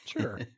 Sure